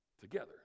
Together